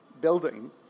building